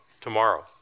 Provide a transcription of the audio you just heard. tomorrow